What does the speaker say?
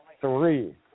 three